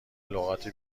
لغات